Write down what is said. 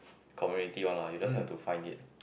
community one lah you just have to find it